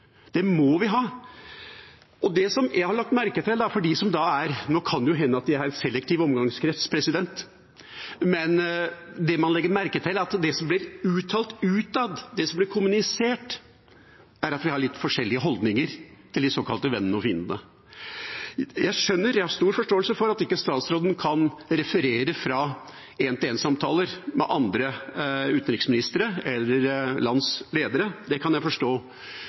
Det må vi ha. Det jeg har lagt merke til – nå kan det jo hende jeg har en selektiv omgangskrets – er at det som blir uttalt utad, det som blir kommunisert, er at vi har litt forskjellige holdninger til de såkalte vennene og fiendene. Jeg har stor forståelse for at statsråden ikke kan referere fra én-til-én-samtaler med andre utenriksministre eller landsledere. Det kan jeg forstå,